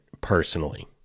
personally